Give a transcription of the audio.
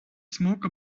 smoke